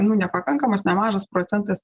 nu nepakankamas nemažas procentas